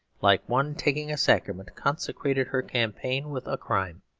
like one taking a sacrament, consecrated her campaign with a crime.